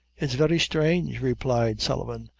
it's very strange, replied sullivan,